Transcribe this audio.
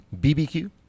BBQ